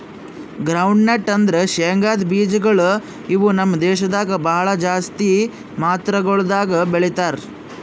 groundnut ಅಂದುರ್ ಶೇಂಗದ್ ಬೀಜಗೊಳ್ ಇವು ನಮ್ ದೇಶದಾಗ್ ಭಾಳ ಜಾಸ್ತಿ ಮಾತ್ರಗೊಳ್ದಾಗ್ ಬೆಳೀತಾರ